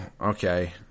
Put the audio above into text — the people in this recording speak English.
okay